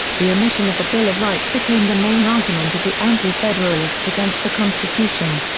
the omission of a bill of rights became the main argument of the anti-federalists against the constitution.